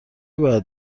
باید